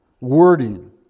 wording